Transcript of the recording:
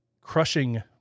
crushing